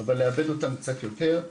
אבל לעבד אותם קצת יותר.